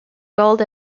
gold